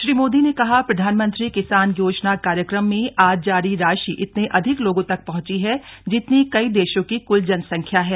श्री मोदी ने कहा प्रधानमंत्री किसान योजना कार्यक्रम में आज जारी राशि इतने अधिक लोगों तक पहुंची है जितनी कई देशों की कुल जनसंख्या है